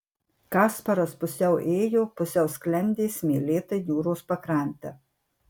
kasparas pusiau ėjo pusiau sklendė smėlėta jūros pakrante